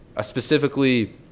specifically